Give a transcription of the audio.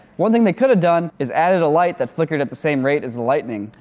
one thing they could have done, is added a light that flickered at the same rate as the lightning.